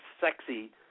sexy